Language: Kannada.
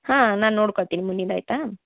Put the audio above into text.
ಹಾಂ ನಾ ನೋಡ್ಕೊತೀನಿ ಮುಂದಿಂದು ಆಯಿತಾ